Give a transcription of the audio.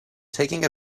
taking